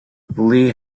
lee